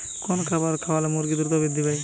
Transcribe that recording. কোন খাবার খাওয়ালে মুরগি দ্রুত বৃদ্ধি পায়?